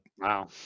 wow